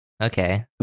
Okay